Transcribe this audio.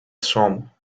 chambre